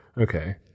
Okay